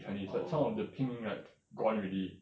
orh